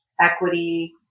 equity